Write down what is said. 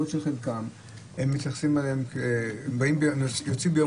יכול להיות שחלקם נכנסים ביום חמישי וחוזרים ביום ראשון.